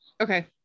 Okay